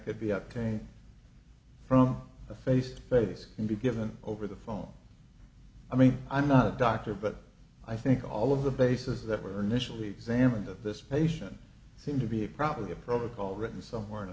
could be upgraded from a face to face can be given over the phone i mean i'm not a doctor but i think all of the bases that were mitchell examined of this patient seem to be a probably a protocol written somewhere in